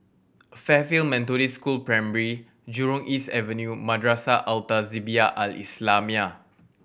Fairfield Methodist School Primary Jurong East Avenue Madrasah Al Tahzibiah Al Islamiah